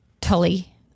Tully